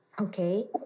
Okay